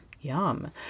Yum